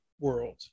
world